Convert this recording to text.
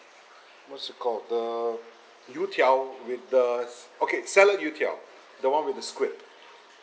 what's that called the you tiao with the s~ okay salad you tiao the [one] with the squid